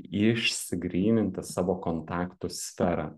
išsigryninti savo kontaktų sferą